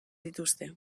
dituzte